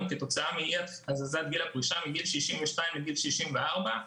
כתוצאה מאי הזזת גיל הפרישה מגיל 62 לגיל 64,